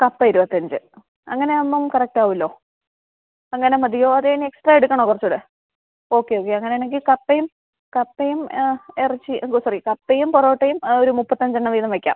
കപ്പ ഇരുപത്തിയഞ്ച് അങ്ങനെ ആകുമ്പം കറക്ട് ആകുമല്ലോ അങ്ങനെ മതിയോ അതോ ഇനി എക്സ്ട്രാ എടുക്കണോ കുറച്ചും കൂടെ ഓക്കെ ഓക്കെ അങ്ങനെയാണെങ്കിൽ കപ്പയും കപ്പയും ഇറച്ചി സോറി കപ്പയും പൊറോട്ടയും ഒരു മുപ്പത്തഞ്ചെണ്ണം വീതം വയ്ക്കാം